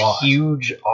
huge